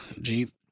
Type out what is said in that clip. Jeep